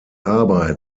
arbeit